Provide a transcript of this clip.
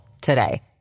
today